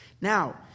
Now